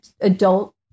adult